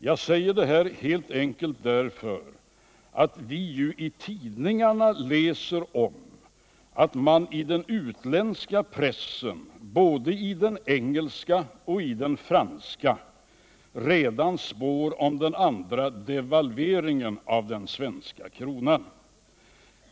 Jag säger det här helt enkelt därför att vi ju i tidningarna läser om att man i den utländska pressen, både i den engelska och i den franska, redan spår om den andra devalveringen av den svenska kronan.